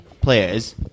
players